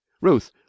ruth